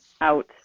out